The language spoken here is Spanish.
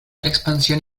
expansión